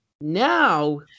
Now